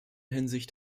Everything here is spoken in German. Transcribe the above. hinsicht